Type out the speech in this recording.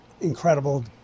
incredible